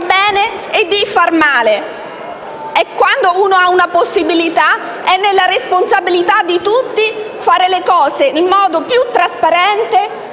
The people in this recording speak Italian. bene e di far male e quando c'è questa possibilità, è nella responsabilità di tutti fare le cose nel modo più trasparente